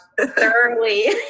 thoroughly